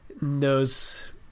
knows